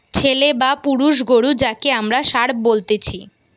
ছেলে বা পুরুষ গরু যাঁকে আমরা ষাঁড় বলতেছি